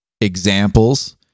examples